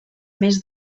més